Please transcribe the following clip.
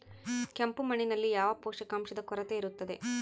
ಕೆಂಪು ಮಣ್ಣಿನಲ್ಲಿ ಯಾವ ಪೋಷಕಾಂಶದ ಕೊರತೆ ಇರುತ್ತದೆ?